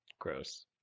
Gross